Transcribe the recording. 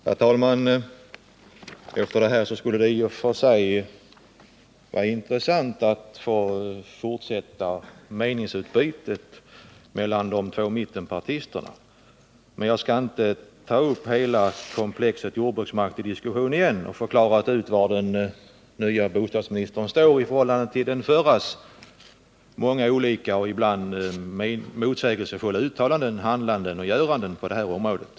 Herr talman! Efter den här diskussionen skulle det i och för sig ha varit intressant att få fortsätta meningsutbytet med de två mittenpartisterna, men jag skall inte på nytt ta upp hela komplexet om jordbruksmarken till diskussion och försöka reda ut var den nya bostadsministern står i förhållande till den förra bostadsministern med dennas många olika och ibland motsägelsefulla uttalanden, handlanden och göranden på det här området.